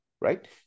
right